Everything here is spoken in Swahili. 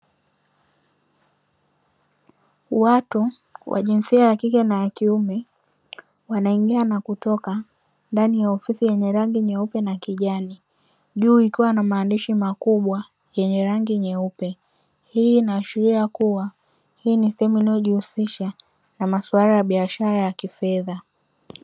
Watu wajinsia ya kike na ya kiume wanaingia na kutoka ndani ya ofisi yenye rangi nyeupe na kijani, juu ikiwa na maandishi makubwa yenye rangi nyeupe. Hii inaashiria kuwa hii ni sehemu inayojihusisha na masuala ya biashara ya kifedha.